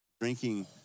drinking